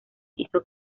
hizo